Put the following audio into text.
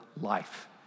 life